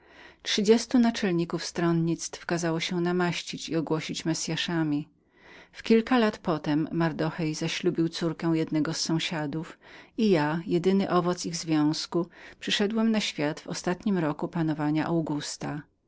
trzydziestu naczelników stronnictw kazało się namaścić i ogłosić tyluż messyaszami w kilka lat potem mardochej zaślubił córkę jednego z sąsiadów i ja jedyny owoc ich związku przyszedłem na świat w ostatnim roku panowania augusta